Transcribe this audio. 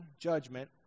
judgment